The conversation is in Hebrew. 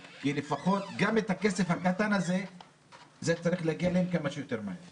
לפחות גם הכסף הקטן הזה צריך להגיע אליהם כמה שיותר מהר.